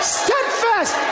steadfast